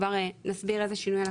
כבר נסביר את השינוי.